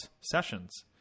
sessions